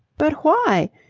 but why?